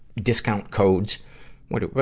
discount codes what do, ah,